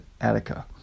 Attica